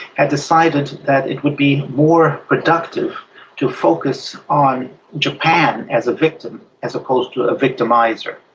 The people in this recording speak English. had decided that it would be more productive to focus on japan as a victim as opposed to ah a victimiser.